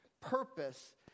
purpose